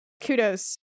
Kudos